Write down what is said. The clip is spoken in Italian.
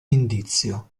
indizio